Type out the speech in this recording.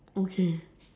okay